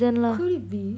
could it be